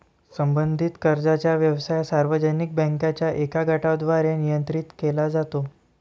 संबंधित कर्जाचा व्यवसाय सार्वजनिक बँकांच्या एका गटाद्वारे नियंत्रित केला जातो